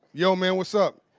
yo, man, what's up?